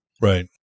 Right